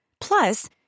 Plus